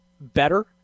better